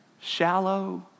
shallow